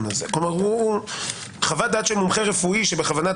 כלומר חוות דעת של מומחה רפואי שבכוונת